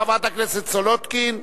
חברת הכנסת מרינה סולודקין,